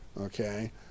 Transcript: Okay